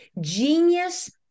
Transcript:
genius